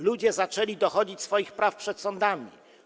Ludzie zaczęli dochodzić swoich praw przed sądami.